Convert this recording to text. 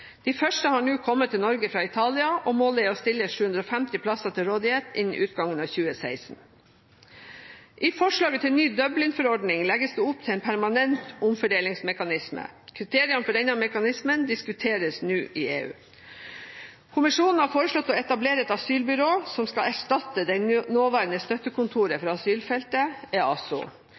De første har nå kommet til Norge fra Italia. Målet er å stille 750 plasser til rådighet innen utgangen av 2016. I forslaget til ny Dublin-forordning legges det opp til en permanent omfordelingsmekanisme. Kriteriene for denne mekanismen diskuteres nå i EU. Kommisjonen har foreslått å etablere et asylbyrå som skal erstatte det nåværende støttekontoret for asylfeltet, EASO.